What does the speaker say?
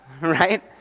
right